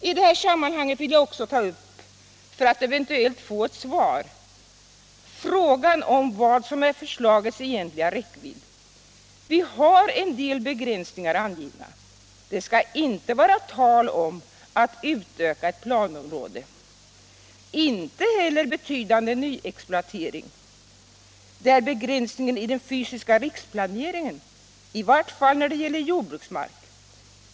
I det här sammanhanget vill jag också ta upp — för att eventuellt få ett svar — frågan om vad som är förslagets egentliga räckvidd. Vi har en del begränsningar angivna: det skall inte vara tal om att utöka ett planområde, inte heller om betydande nyexploatering. Det är begränsningen i den fysiska riksplaneringen — i vart fall när det gäller jordbruksmark.